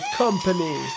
company